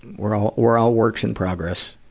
we're all, we're all works in progress.